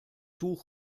tuch